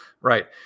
right